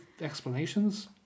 explanations